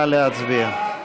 נא להצביע.